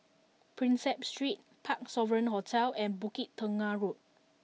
Prinsep Street Parc Sovereign Hotel and Bukit Tunggal Road